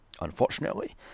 Unfortunately